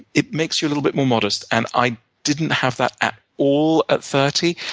it makes you a little bit more modest. and i didn't have that at all at thirty.